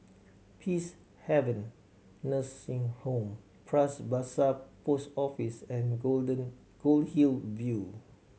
Peacehaven Nursing Home Pras Basah Post Office and Golden Goldhill View